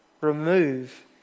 remove